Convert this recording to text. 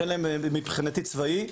תן להם מבחינתי צבאי,